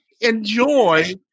enjoy